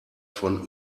von